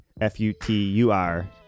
f-u-t-u-r